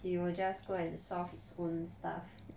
he will just go and solve his own stuff